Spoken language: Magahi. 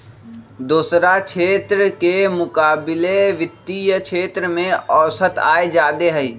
दोसरा क्षेत्र के मुकाबिले वित्तीय क्षेत्र में औसत आय जादे हई